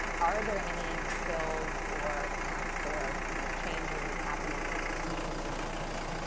are there any bills or acts or you know changes happening or recently happened